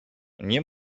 nie